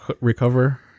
recover